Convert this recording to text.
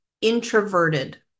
introverted